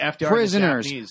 prisoners